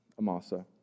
Amasa